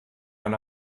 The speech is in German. ein